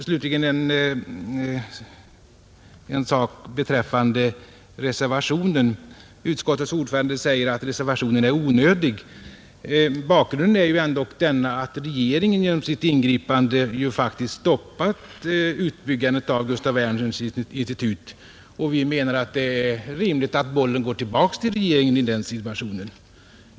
Slutligen en sak beträffande reservationen! Utskottets ordförande säger att reservationen är onödig.. Bakgrunden är ju ändå att regeringen genom sitt ingripande faktiskt stoppat utbyggandet av Gustaf Werners institut. Vi menar att det är rimligt att bollen går tillbaka till regeringen i den situationen.